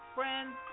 Friends